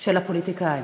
של הפוליטיקאים.